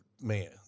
man